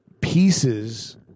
pieces